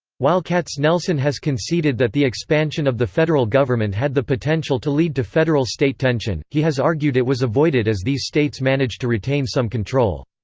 while katznelson has conceded that the expansion of the federal government had the potential to lead to federal-state tension, he has argued it was avoided as these states managed to retain some control.